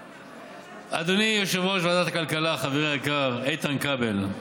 אדוני יושב-ראש ועדת הכלכלה, חבר יקר, איתן כבל,